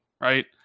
right